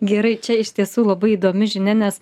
gerai čia iš tiesų labai įdomi žinia nes